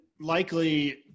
likely